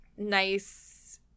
nice